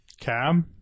cab